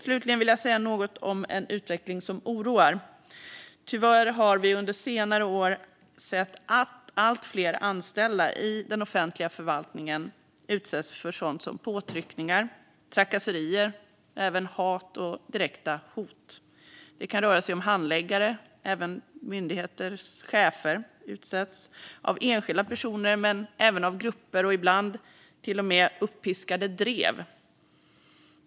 Slutligen vill jag säga något om en utveckling som oroar. Tyvärr har vi under senare år sett att allt fler anställda i den offentliga förvaltningen utsätts för sådant som påtryckningar, trakasserier och även hat och direkta hot. Det kan röra sig om handläggare eller chefer vid myndigheter som utsätts av enskilda personer men även av grupper och ibland till och med av uppiskade drev.